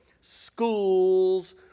Schools